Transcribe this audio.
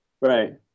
Right